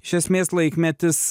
iš esmės laikmetis